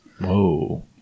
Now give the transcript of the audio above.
Whoa